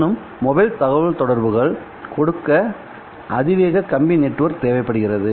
இன்றும் மொபைல் தகவல்தொடர்புகள் கொடுக்க அதிவேக கம்பி backbone நெட்வொர்க் தேவைப்படுகிறது